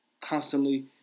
constantly